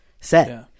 set